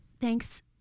thanks